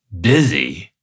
busy